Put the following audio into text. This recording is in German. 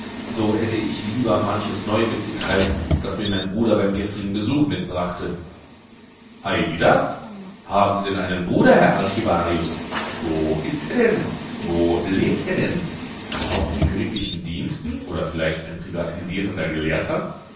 so hätte ich lieber manches neue mitgeteilt das mir mein bruder beim gestrigen besuch mitbrachte ei wie das haben sie denn einen bruder herr archivarius wo ist er denn wo lebt er denn auch in königlichen diensten oder vielleicht ein privatisierender gelehrter